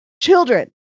children